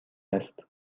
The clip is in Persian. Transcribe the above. است